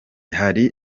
hari